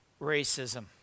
racism